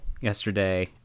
yesterday